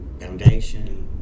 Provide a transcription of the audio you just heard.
foundation